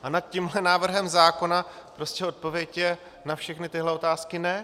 A nad tímto návrhem zákona prostě odpověď na všechny tyhle otázky je ne.